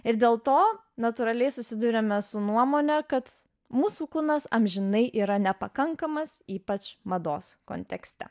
ir dėl to natūraliai susiduriame su nuomone kad mūsų kūnas amžinai yra nepakankamas ypač mados kontekste